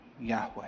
Yahweh